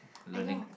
learning